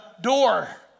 door